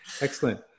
Excellent